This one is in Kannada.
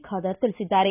ಖಾದರ್ ತಿಳಿಸಿದ್ದಾರೆ